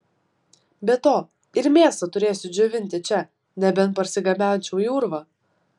be to ir mėsą turėsiu džiovinti čia nebent parsigabenčiau į urvą